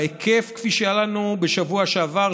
בהיקף של מספר מבודדים כפי שהיה לנו בשבוע שעבר,